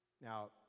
Now